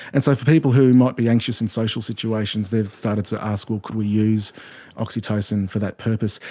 and so for people who might be anxious in social situations they've started to ask, well, can we use oxytocin for that purpose?